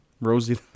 Rosie